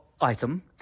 item